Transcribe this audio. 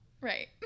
Right